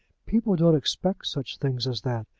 people don't expect such things as that.